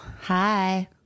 Hi